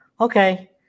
okay